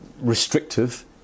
restrictive